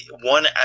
one